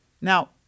Now